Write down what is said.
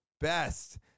best